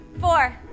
four